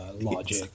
logic